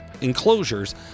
enclosures